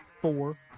four